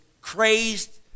crazed